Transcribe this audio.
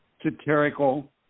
satirical